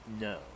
no